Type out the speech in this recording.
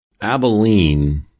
Abilene